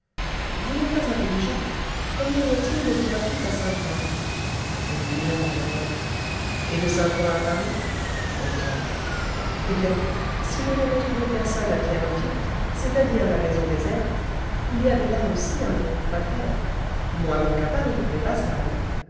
vous n'êtes pas intelligent combien y a-t-il de pierrefitte à saint-ouen une lieue environ et de saint-ouen à paris autant eh bien si je n'avais trouvé personne à pierrefitte c'est-à-dire la maison déserte il y avait là aussi un bon coup à faire moins bon qu'à paris mais passable